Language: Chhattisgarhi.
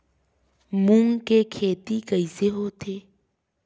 मूंग के खेती कइसे होथे?